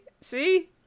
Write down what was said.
See